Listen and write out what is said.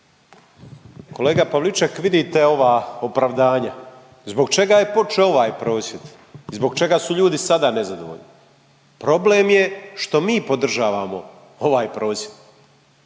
Kolega Pavliček, vidite ova opravdanja. Zbog čega je počeo ovaj prosvjed? Zbog čega su ljudi sada nezadovoljni? Problem je što mi podržavamo ovaj prosvjed.